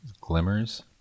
glimmers